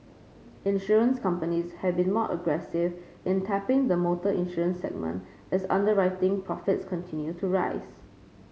insurance companies have been more aggressive in tapping the motor insurance segment as underwriting profit continues to rise